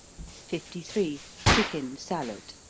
fifty three. chicken salad.